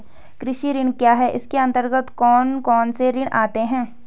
कृषि ऋण क्या है इसके अन्तर्गत कौन कौनसे ऋण आते हैं?